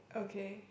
okay